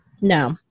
No